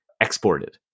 exported